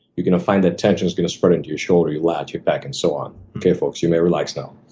you're gonna find that tension's gonna spread into your shoulder, your lat, your back, and so on. okay folks, you may relax now.